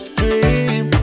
dream